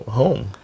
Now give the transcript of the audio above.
home